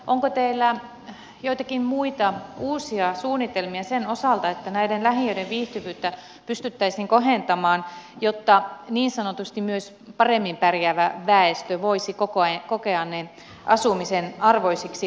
onko teillä joitakin muita uusia suunnitelmia sen osalta että näiden lähiöiden viihtyvyyttä pystyttäisiin kohentamaan jotta niin sanotusti myös paremmin pärjäävä väestö voisi kokea ne asumisen arvoisiksi